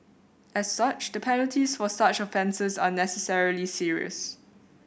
as such the penalties for such offences are necessarily serious